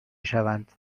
شوند